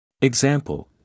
Example